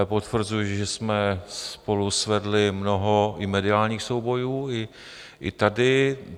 Potvrzuji, že jsme spolu svedli mnoho i mediálních soubojů, i tady.